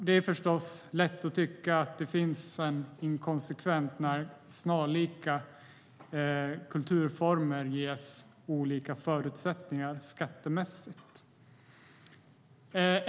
Det är lätt att tycka att det finns en inkonsekvens när snarlika kulturformer ges olika skattemässiga förutsättningar.